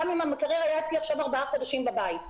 גם אם המקרר היה אצלי עכשיו ארבעה חודשים בבית.